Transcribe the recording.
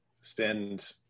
spend